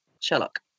Sherlock